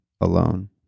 alone